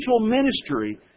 ministry